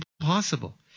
impossible